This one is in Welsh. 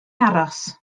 aros